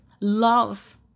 love